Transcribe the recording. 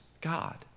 God